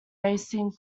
racing